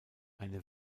eine